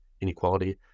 inequality